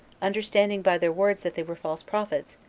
understanding by their words that they were false prophets,